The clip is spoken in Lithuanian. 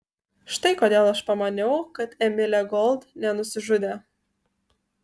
štai kodėl aš pamaniau kad emilė gold nenusižudė